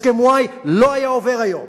הסכם-וואי לא היה עובר היום,